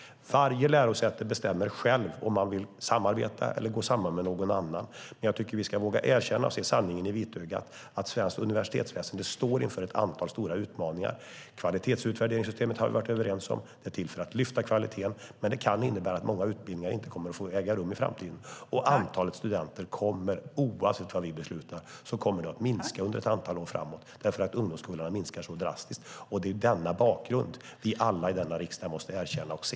Varje lärosäte bestämmer självt om man vill samarbeta eller gå samman med någon annan. Men jag tycker att vi ska våga erkänna och se sanningen i vitögat: svenskt universitetsväsen står inför ett antal stora utmaningar. Kvalitetsutvärderingssystemet har vi varit överens om. Det är till för att lyfta kvaliteten. Men det kan innebära att många utbildningar inte kommer att få äga rum i framtiden. Antalet studenter kommer också - oavsett vad vi beslutar - att minska under ett antal år framåt, eftersom ungdomskullarna minskar så drastiskt. Det är denna bakgrund vi alla i denna riksdag måste erkänna och se.